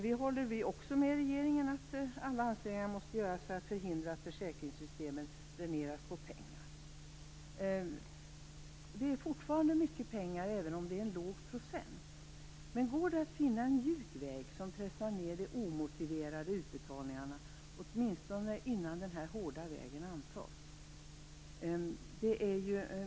Vi håller också med regeringen att alla ansträngningar måste göras för att förhindra att försäkringssystemen dräneras på pengar. Det är fortfarande fråga om mycket pengar, även om det är en låg procent. Men det går att finna en mjuk väg som pressar ned de omotiverade utbetalningarna innan man anträder den hårda vägen.